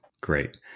Great